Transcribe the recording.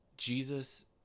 Jesus